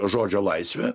žodžio laisve